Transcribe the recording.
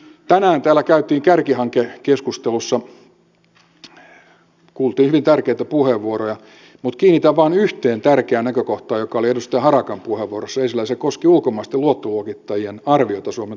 tänään täällä kärkihankekeskustelussa kuultiin hyvin tärkeitä puheenvuoroja mutta kiinnitän huomiota vain yhteen tärkeään näkökohtaan joka oli edustaja harakan puheenvuorossa esillä ja se koski ulkomaisten luottoluokittajien arvioita suomen taloudesta